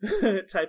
type